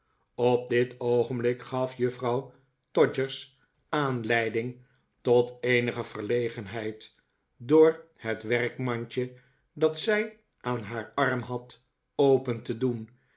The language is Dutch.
op dit oogenblik gaf juffrouw todgers aanleiding tot eenige verlegenheid door het werkmandje dat zij aan haar arm had open te doen